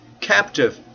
captive